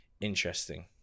Interesting